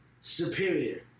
superior